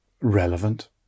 relevant